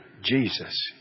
Jesus